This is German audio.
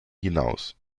hinaus